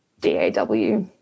DAW